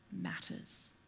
matters